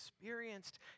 experienced